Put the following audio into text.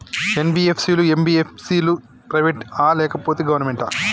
NBFC లు, MBFC లు private ఆ లేకపోతే గవర్నమెంటా?